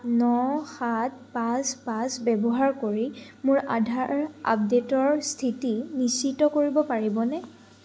ন সাত পাঁচ পাঁচ ব্যৱহাৰ কৰি মোৰ আধাৰ আপডে'টৰ স্থিতি নিশ্চিত কৰিব পাৰিবনে